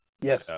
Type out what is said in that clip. Yes